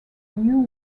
new